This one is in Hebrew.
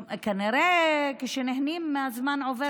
כנראה כשנהנים הזמן עובר מהר.